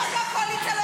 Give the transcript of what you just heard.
בדקתי, בדקתי.